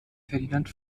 ferdinand